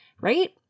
right